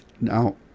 Now